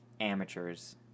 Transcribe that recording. amateurs